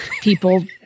people